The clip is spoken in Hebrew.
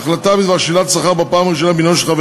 החלטה בדבר שלילת שכר בפעם הראשונה בעניינו של חבר